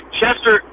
Chester